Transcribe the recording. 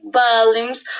volumes